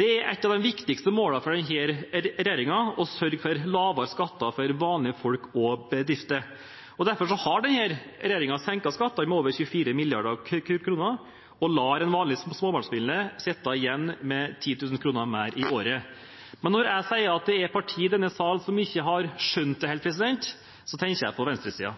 Det er et av de viktigste målene for denne regjeringen å sørge for lavere skatter for vanlige folk og bedrifter. Derfor har denne regjeringen senket skattene med over 24 mrd. kr og lar en vanlig småbarnsfamilie sitte igjen med 10 000 kr mer i året. Men når jeg sier at det er partier i denne sal som ikke har skjønt det helt, tenker jeg på